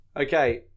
Okay